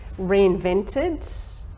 Reinvented